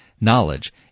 knowledge